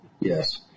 yes